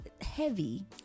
Heavy